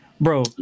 bro